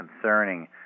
concerning